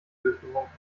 durchgewunken